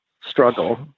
struggle